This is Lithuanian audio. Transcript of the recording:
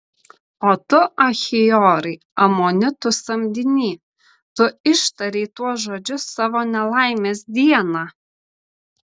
o tu achiorai amonitų samdiny tu ištarei tuos žodžius savo nelaimės dieną